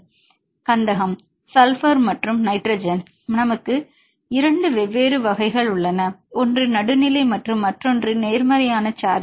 மாணவர் கந்தகம் சல்பர் மற்றும் நைட்ரஜன் நமக்கு 2 வெவ்வேறு வகைகள் உள்ளன ஒன்று நடுநிலை மற்றும் மற்றொன்று நேர்மறையான சார்ஜ்